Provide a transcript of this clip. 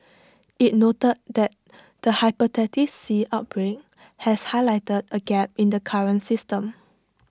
IT noted that the Hepatitis C outbreak has highlighted A gap in the current system